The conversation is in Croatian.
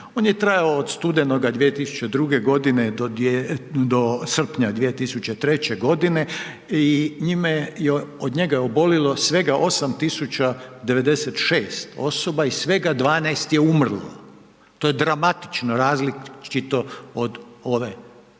On je trajao od studenoga 2002. g. do srpnja 2003. g. i njime je, od njegova je oboljelo svega 8 096 osoba i svega 12 je umrlo. To je dramatično različito od ove